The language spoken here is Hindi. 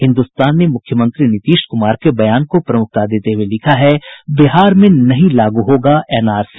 हिन्दुस्तान ने मुख्यमंत्री नीतीश कुमार के बयान को प्रमुखता देते हुए लिखा है बिहार में नहीं लागू होगा एनआरसी